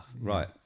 right